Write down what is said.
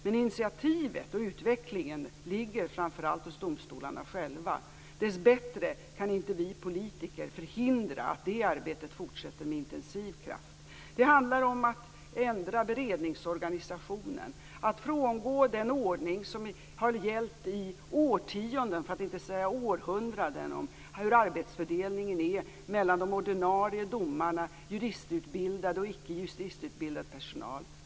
Men initiativet och utvecklingen ligger framför allt hos domstolarna själva. Dessbättre kan inte vi politiker förhindra att det arbetet fortsätter med intensiv kraft. Det handlar om att ändra beredningsorganisationen och frångå den ordning som har gällt i årtionden, för att inte säga århundraden. Det handlar också om arbetsfördelningen mellan ordinarie domare, juristutbildad och ickejuristutbildad personal.